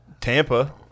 tampa